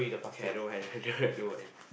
okay I don't mind I don't mind